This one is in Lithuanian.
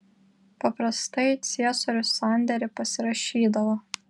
paprastai ciesorius sandėrį pasirašydavo